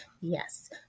Yes